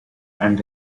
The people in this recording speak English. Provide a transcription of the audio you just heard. and